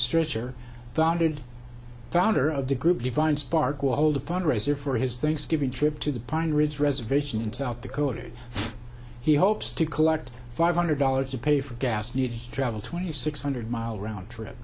stretcher founded founder of the group divine spark will hold a fundraiser for his thanksgiving trip to the pine ridge reservation in south dakota he hopes to collect five hundred dollars to pay for gas new travel twenty six hundred mile round trip